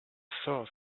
sauce